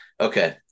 okay